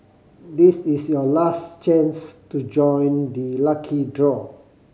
this is your last chance to join the lucky draw